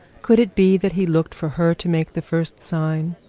could it be that he looked for her to make the first sign?